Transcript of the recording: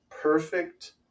perfect